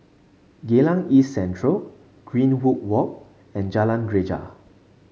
Geylang East Central Greenwood Walk and Jalan Greja